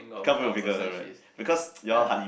can't even figure her right because you all hardly